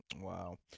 Wow